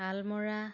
Salmara